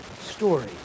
story